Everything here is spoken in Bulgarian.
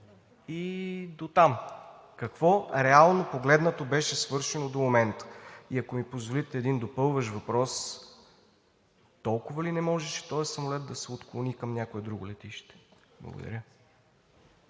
и дотам – какво реално погледнато беше свършено до момента? Ако ми позволите, един допълващ въпрос: толкова ли не можеше този самолет да се отклони към някое друго летище? Благодаря.